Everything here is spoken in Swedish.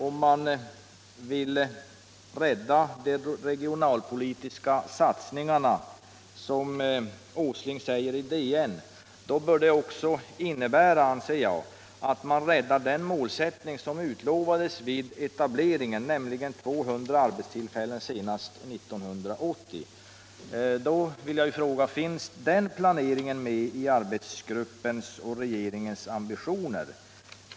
Om man vill rädda de regionalpolitiska satsningarna, som herr Åsling säger i DN, bör det också innebära, anser jag, att man räddar målsättningen som utlovades vid etableringen, nämligen 200 arbetstillfällen senast 1980. regeringens ambitioner?